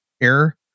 error